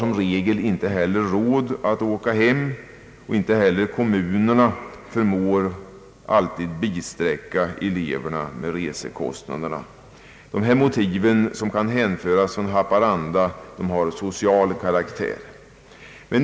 Som regel har man heller inte råd att åka hem, och kommunerna förmår inte alltid bidra till resekostnaderna. Dessa motiv som kan härledas till Haparanda har social karaktär.